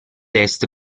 est